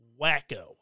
wacko